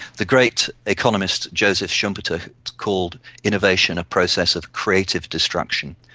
the great economist joseph schumpeter called innovation a process of creative destruction.